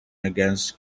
against